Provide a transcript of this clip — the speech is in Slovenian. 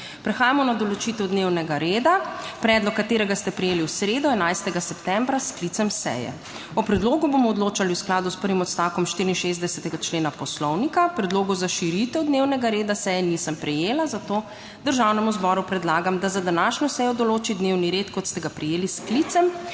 Prehajamo na določitev dnevnega reda, predlog katerega ste prejeli v sredo, 11. septembra, s sklicem seje. O predlogu bomo odločali v skladu s prvim odstavkom 64. člena Poslovnika. Predlogov za širitev dnevnega reda seje nisem prejela, zato Državnemu zboru predlagam, da za današnjo sejo določi dnevni red kot ste ga prejeli s sklicem.